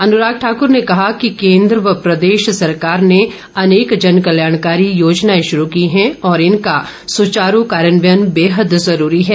अनुराग ठाक्र ने कहा कि केन्द्र व प्रदेश सरकार ने अनेक जनकल्याणकारी योजनाएं शुरू की हैं और इनका सुचारू कार्यान्वयन बेहद जरूरी है